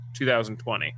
2020